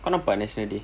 kau nampak national day